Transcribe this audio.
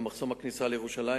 במחסום הכניסה לירושלים,